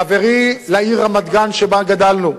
חברי לעיר רמת-גן שבה גדלנו,